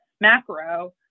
macro